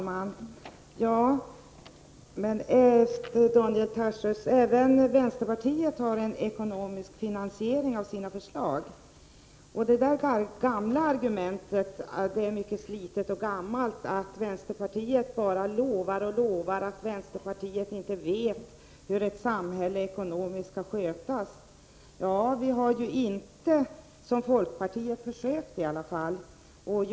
Fru talman! Även vänsterpartiet har en ekonomisk finansiering av sina förslag, Daniel Tarschys. Argumentet att vänsterpartiet bara lovar och lovar och inte vet hur ett samhälle skall skötas ekonomiskt är mycket slitet och gammalt. Vi har i alla fall inte försökt på samma sätt som folkpartiet.